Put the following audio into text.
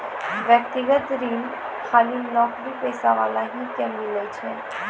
व्यक्तिगत ऋण खाली नौकरीपेशा वाला ही के मिलै छै?